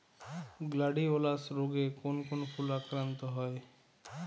Gladiolus রোগে কোন কোন ফুল আক্রান্ত হয়?